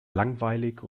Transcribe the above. langweilig